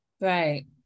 Right